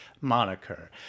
moniker